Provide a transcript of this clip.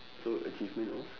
so achievement of